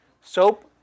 Soap